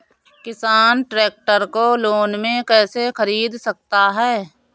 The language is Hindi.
किसान ट्रैक्टर को लोन में कैसे ख़रीद सकता है?